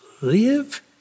live